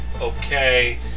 okay